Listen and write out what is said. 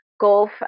golf